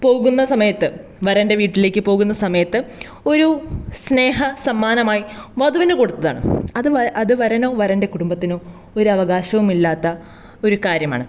പോകുന്ന സമയത്ത് വരൻറ്റെ വീട്ടിലേക്ക് പോകുന്ന സമയത്ത് ഒരു സ്നേഹ സമ്മാനമായി വധുവിനു കൊടുത്തതാണ് അത് വര വരനോ വരൻറ്റെ കുടുംബത്തിനോ ഒരവകാശമില്ലാത്ത ഒരു കാര്യമാണ്